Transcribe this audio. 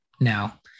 now